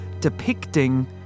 depicting